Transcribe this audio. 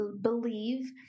believe